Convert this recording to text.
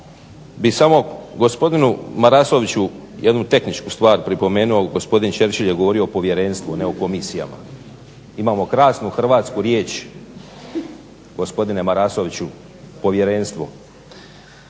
bih samo gospodinu Marasoviću jednu tehničku stvar pripomenuo, gospodin Churchill je govorio o povjerenstvu, a ne o komisijama. Imamo krasnu hrvatsku riječ gospodine Marasoviću, povjerenstvo.